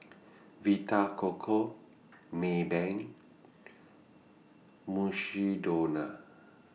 Vita Coco Maybank Mukshidonna